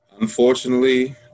unfortunately